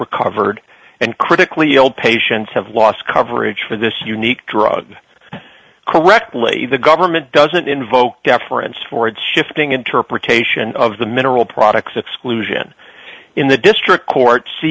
recovered and critically ill patients have lost coverage for this unique drug correctly the government doesn't invoke deference for its shifting interpretation of the mineral products exclusion in the district court